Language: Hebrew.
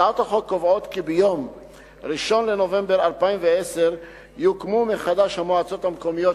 הצעות החוק קובעות כי ביום 1 בנובמבר 2010 יוקמו מחדש המועצות המקומיות